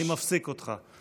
אני מפסיק אותך.